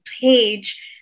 page